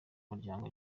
muryango